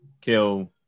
kill